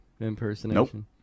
impersonation